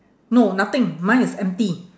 no nothing mine is empty